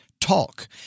Talk